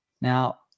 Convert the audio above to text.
Now